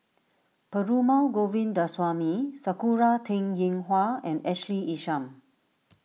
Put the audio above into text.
Perumal Govindaswamy Sakura Teng Ying Hua and Ashley Isham